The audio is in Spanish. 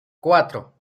cuatro